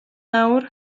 nawr